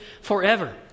forever